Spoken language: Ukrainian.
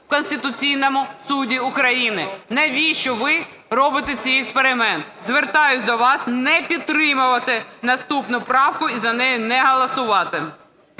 в Конституційному Суді України. Навіщо ви робите цей експеримент? Звертаюся до вас не підтримувати наступну правку і за неї не голосувати.